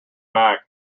back